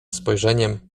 spojrzeniem